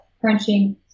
crunching